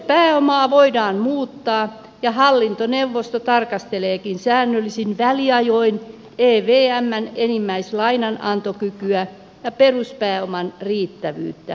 peruspääomaa voidaan muuttaa ja hallintoneuvosto tarkasteleekin säännöllisin väliajoin evmn enimmäislainanantokykyä ja peruspääoman riittävyyttä